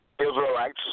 Israelites